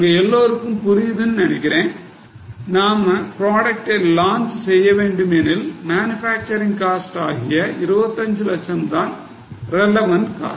உங்க எல்லாருக்கும் புரியுதுன்னு நினைக்கிறேன் நாம ப்ராடக்டை launch செய்ய வேண்டும் ஏனெனில் மேனுபேக்ச்சரிங் காஸ்ட் ஆகிய 25 லட்சம் தான் relevant cost